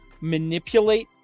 manipulate